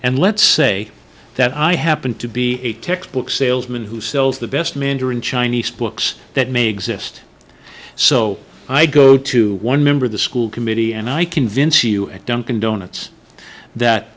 and let's say that i happen to be a textbook salesman who sells the best mandarin chinese books that may exist so i go to one member of the school committee and i convince you at dunkin donuts that